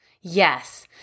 Yes